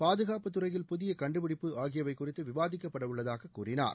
பாதுகாப்புத்துறையில் புதிய கண்டுபிடிப்பு ஆகியவை குறித்து விவாதிக்கப்படவுள்ளதாக கூறினார்